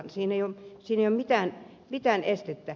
siinä ei ole mitään estettä